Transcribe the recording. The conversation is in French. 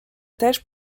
tâche